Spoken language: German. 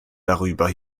darüber